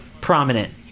prominent